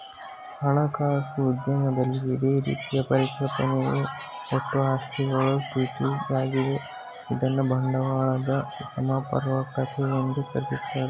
ಹಣಕಾಸು ಉದ್ಯಮದಲ್ಲಿ ಇದೇ ರೀತಿಯ ಪರಿಕಲ್ಪನೆಯು ಒಟ್ಟು ಆಸ್ತಿಗಳು ಈಕ್ವಿಟಿ ಯಾಗಿದೆ ಇದ್ನ ಬಂಡವಾಳದ ಸಮರ್ಪಕತೆ ಎಂದು ಕರೆಯುತ್ತಾರೆ